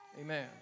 Amen